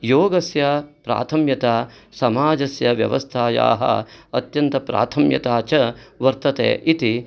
योगस्य प्राथम्यता समाजस्य व्यवस्थायाः अत्यन्त प्राथम्यता च वर्तते इति